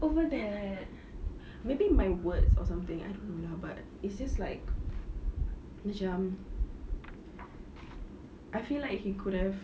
over that maybe my words or something I don't know lah but it's just like macam I feel like he could have